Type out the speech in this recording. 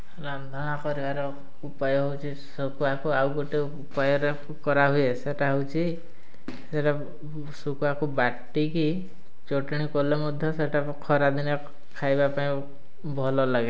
ରନ୍ଧଣା କରିବାର ଉପାୟ ହେଉଛି ଶୁଖୁଆକୁ ଆଉ ଗୋଟେ ଉପାୟରେ କରାହୁଏ ସେଟା ହେଉଛି ସେଟା ଶୁଖୁଆକୁ ବାଟିକି ଚଟଣି କଲେ ମଧ୍ୟ ସେଟା ଖରାଦିନେ ଖାଇବା ପାଇଁ ଭଲ ଲାଗେ